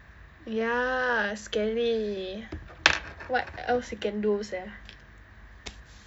ya scary what else he can do sia